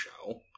show